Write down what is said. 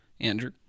Andrew